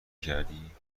کردی